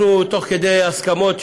אנחנו תוך כדי הסכמות.